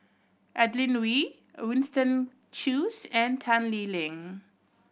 Adeline Ooi Winston Choos and Tan Lee Leng